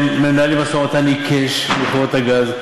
הם מנהלים משא-ומתן עיקש עם חברות הגז,